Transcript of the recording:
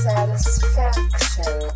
Satisfaction